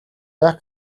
яах